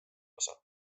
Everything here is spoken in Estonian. osa